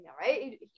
right